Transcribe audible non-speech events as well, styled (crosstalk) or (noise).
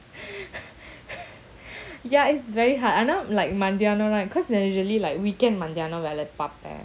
(noise) ya it's very hard ஆனா:ana like மத்தியானம்:mathiyanam cause when usually like weekend மத்தியானம்வேலபார்ப்பேன்:mathiyanam vela parpen